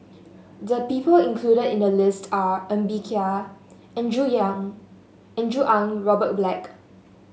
the people included in the list are Ng Bee Kia Andrew Yang Andrew Ang Robert Black